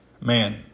Man